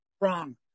Wrong